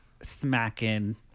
smacking